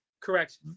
Correct